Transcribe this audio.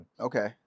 okay